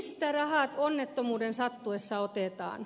mistä rahat onnettomuuden sattuessa otetaan